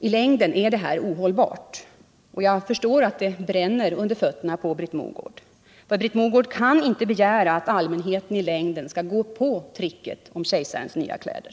I längden blir det läget ohållbart, och jag förstår att det redan bränner under fötterna på Britt Mogård, eftersom allmänheten inte i längden kommer att låta lura sig av tricket med kejsarens nya kläder.